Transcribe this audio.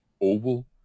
Oval